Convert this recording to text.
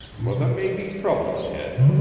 for there may be trouble ahead.